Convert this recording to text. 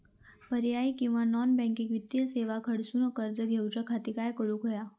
पर्यायी किंवा non banking वित्तीय सेवा कडसून कर्ज घेऊच्या खाती काय करुक होया?